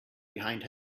behind